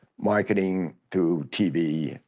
marketing through tv.